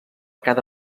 cada